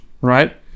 right